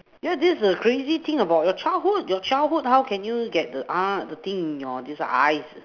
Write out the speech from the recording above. yeah this is a crazy thing about your childhood your childhood how can you get the uh the things in your this eyes